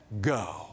go